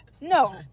no